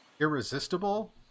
Irresistible